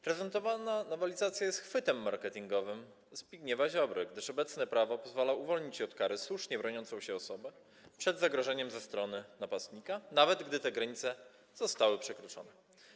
Prezentowana nowelizacja jest chwytem marketingowym Zbigniewa Ziobry, gdyż obecne prawo pozwala uwolnić się od kary słusznie broniącą się osobę przed zagrożeniem ze strony napastnika, nawet gdy te granice zostały przekroczone.